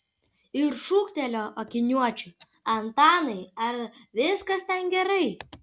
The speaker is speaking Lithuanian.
ir šūktelėjo akiniuočiui antanai ar viskas ten gerai